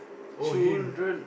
or him